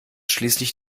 schließlich